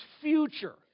future